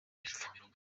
apfa